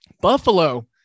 Buffalo